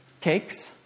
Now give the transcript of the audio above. cakes